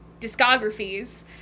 discographies